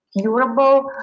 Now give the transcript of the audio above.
curable